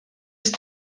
ist